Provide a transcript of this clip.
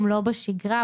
לא בשגרה,